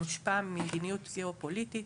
מושפע ממדיניות גיאופוליטית,